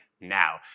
now